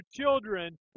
children